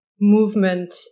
movement